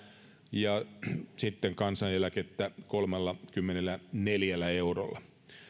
ja kansaneläkettä kolmellakymmenelläneljällä eurolla